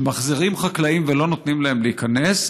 שמחזירים חקלאים ולא נותנים להם להיכנס,